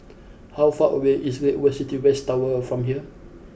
how far away is Great World City West Tower from here